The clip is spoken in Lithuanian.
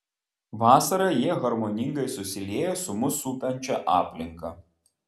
vasarą jie harmoningai susilieja su mus supančia aplinka